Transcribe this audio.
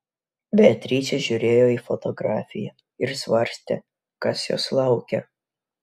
beatričė žiūrėjo į fotografiją ir svarstė kas jos laukia